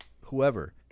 whoever